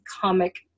comic